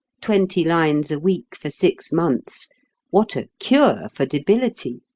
twenty lines a week for six months what a cure for debility!